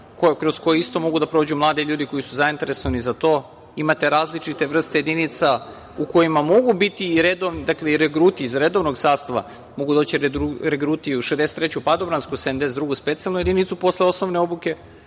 koje isto mogu da prođu mladi ljudi koji su zainteresovani za to. Imate različite vrste jedinica u kojima mogu biti i regruti iz redovnog sastava, mogu doći regruti i u 63. padobransku, 72. specijalnu jedinicu posle osnovne obuke,